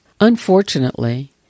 Unfortunately